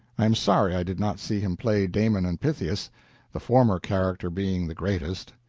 i am sorry i did not see him play damon and pythias the former character being the greatest.